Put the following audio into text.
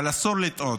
אבל אסור לטעות: